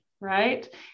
Right